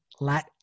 let